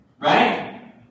right